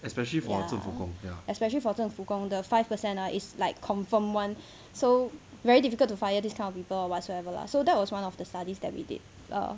ya especially for 政府工 the five percent ah it's like confirm one so very difficult to fire these kind of people or whatsoever lah so that was one of the studies that we did ya